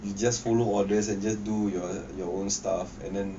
you just follow orders and just do your your own stuff and then